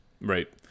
Right